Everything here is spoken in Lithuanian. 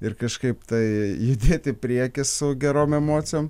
ir kažkaip tai judėti į priekį su gerom emocijom